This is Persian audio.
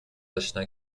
آشنا